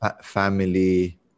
family